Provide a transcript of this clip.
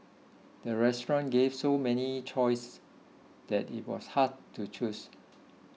the restaurant gave so many choices that it was hard to choose